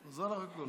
קטי, חזר לך הקול.